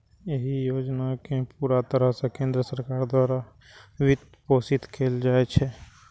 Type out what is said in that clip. एहि योजना कें पूरा तरह सं केंद्र सरकार द्वारा वित्तपोषित कैल जाइ छै